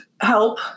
help